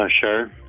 Sure